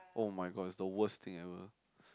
oh-my-god it's the worst thing ever